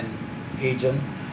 an agent